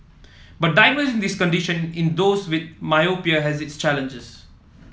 but diagnosing this condition in those with myopia has its challenges